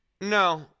No